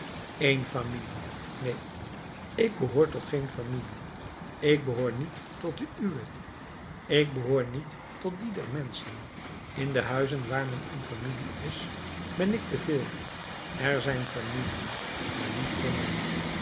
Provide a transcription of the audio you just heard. een familie neen ik behoor tot geen familie ik behoor niet tot de uwe ik behoor niet tot die der menschen in de huizen waar men in familie is ben ik te veel er zijn familiën maar niet voor mij